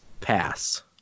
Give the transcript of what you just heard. Pass